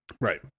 right